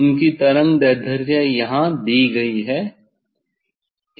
उनकी तरंगदैर्ध्य यहाँ दी गई है